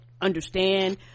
understand